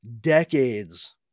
decades